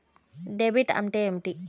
Debit అంటే ఏమిటి?